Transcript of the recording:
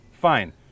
Fine